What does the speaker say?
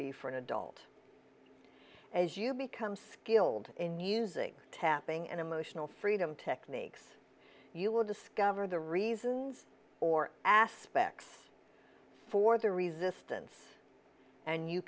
be for an adult as you become skilled in using tapping and emotional freedom techniques you will discover the reasons or aspects for the resistance and you